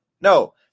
No